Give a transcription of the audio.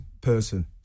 person